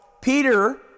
Peter